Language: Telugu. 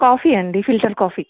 కాఫీ అండి ఫిల్టర్ కాఫీ